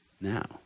Now